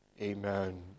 Amen